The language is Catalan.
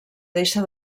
deixa